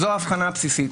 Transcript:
זו ההבחנה הבסיסית.